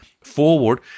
forward